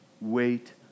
wait